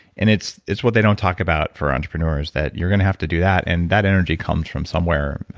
and it's it's what they don't talk about for entrepreneurs, that you're going to have to do that, and that energy comes from somewhere,